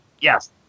Yes